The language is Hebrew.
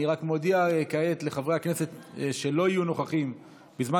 אני רק מודיע כעת לחברי הכנסת שלא יהיו נוכחים בזמן